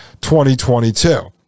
2022